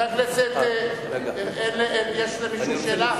יש למישהו שאלה?